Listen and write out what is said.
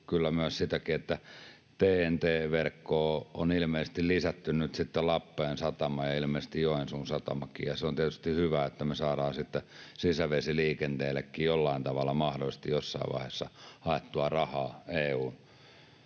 kyllä myös sitäkin, että TEN-T-verkkoon on ilmeisesti lisätty nyt sitten Lappeen satama ja ilmeisesti Joensuunkin satama. Ja se on tietysti hyvä, että me saadaan sitten sisävesiliikenteellekin jollain tavalla mahdollisesti jossain vaiheessa haettua rahaa EU:n